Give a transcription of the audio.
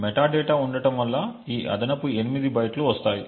metadata ఉండటం వల్ల ఈ అదనపు 8 బైట్లు వస్తాయి